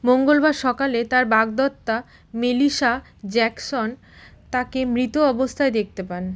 মঙ্গলবার সকালে তার বাগদত্তা মেলিসা জ্যাকসন তাকে মৃত অবস্থায় দেখতে পান